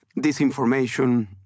disinformation